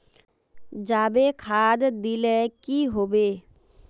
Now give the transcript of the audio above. जाबे खाद दिले की होबे?